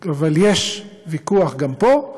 יש ויכוח גם פה,